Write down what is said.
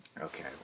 okay